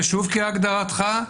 ושוב כהגדרתך,